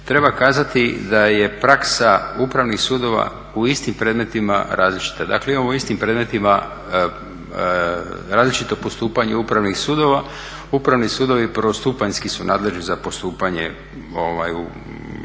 Treba kazati da je praksa upravnih sudova u istim predmetima različita. Dakle, imamo u istim predmetima različito postupanje Upravnih sudova. Upravni sudovi prvostupanjski su nadležni za postupanje povodom